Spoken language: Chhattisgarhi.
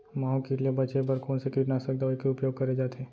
माहो किट ले बचे बर कोन से कीटनाशक दवई के उपयोग करे जाथे?